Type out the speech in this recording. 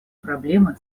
проблемы